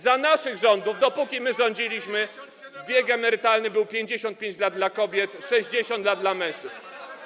Za naszych rządów, dopóki my rządziliśmy, wiek emerytalny był 55 lat dla kobiet, 60 lat dla mężczyzn.